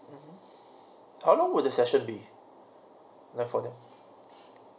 mmhmm how long would the session be left for them